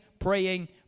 praying